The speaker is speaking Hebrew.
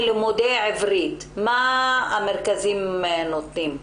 המרכזים נותנים?